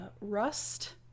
Rust